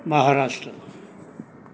Maharashtra